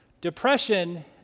Depression